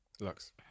Lux